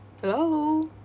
hello